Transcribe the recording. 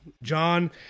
John